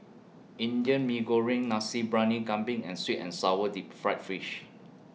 Indian Mee Goreng Nasi Briyani Kambing and Sweet and Sour Deep Fried Fish